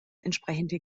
entsprechende